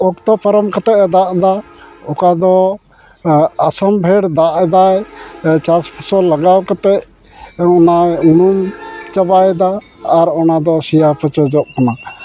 ᱚᱠᱛᱚ ᱯᱟᱨᱚᱢ ᱠᱟᱛᱮᱫ ᱮ ᱫᱟᱜ ᱮᱫᱟ ᱚᱠᱟ ᱫᱚ ᱚᱥᱟᱢᱵᱷᱮᱲ ᱫᱟᱜ ᱮᱫᱟᱭ ᱪᱟᱥ ᱯᱷᱚᱥᱚᱞ ᱞᱟᱜᱟᱣ ᱠᱟᱛᱮᱫ ᱚᱱᱟ ᱩᱱᱩᱢ ᱪᱟᱵᱟᱭᱮᱫᱟᱭ ᱟᱨ ᱚᱱᱟ ᱫᱚ ᱥᱮᱭᱟ ᱯᱚᱪᱚᱡᱚᱜ ᱠᱟᱱᱟ